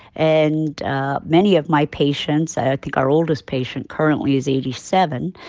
and many of my patients i think our oldest patient currently is eighty seven.